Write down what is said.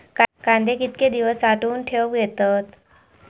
कांदे कितके दिवस साठऊन ठेवक येतत?